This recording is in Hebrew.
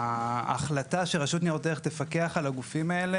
ההחלטה שרשות ניירות ערך תפקח על הגופים האלה